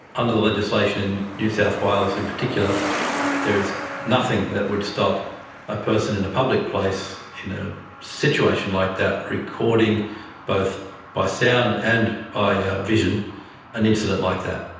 under the legislation in new south wales in particular there is nothing that would stop a person in a public place in a situation like that recording both by sound and by ah vision an incident like that.